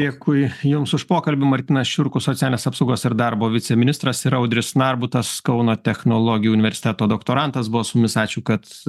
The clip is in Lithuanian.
dėkui jums už pokalbį martynas šiurkus socialinės apsaugos ir darbo viceministras ir audris narbutas kauno technologijų universiteto doktorantas buvo su mumis ačiū kad